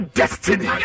destiny